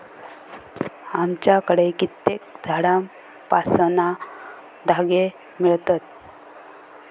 आमच्याकडे कित्येक झाडांपासना धागे मिळतत